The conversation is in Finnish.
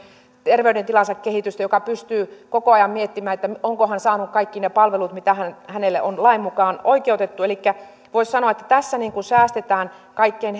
terveydentilansa kehitystä joka pystyy koko ajan miettimään onko hän saanut kaikki ne palvelut mihin hän on lain mukaan oikeutettu voisi sanoa että tässä säästetään kaikkein